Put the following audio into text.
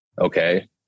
okay